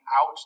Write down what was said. out